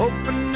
Open